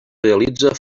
realitza